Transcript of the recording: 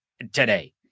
today